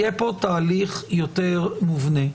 יהיה פה תהליך יותר מובנה.